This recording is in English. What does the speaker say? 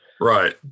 Right